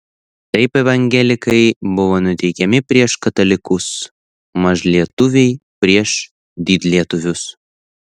taip evangelikai buvo nuteikiami prieš katalikus mažlietuviai prieš didlietuvius